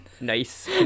Nice